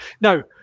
Now